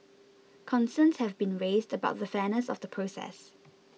concerns have been raised about the fairness of the process